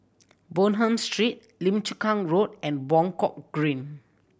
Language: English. Bonham Street Lim Chu Kang Road and Buangkok Green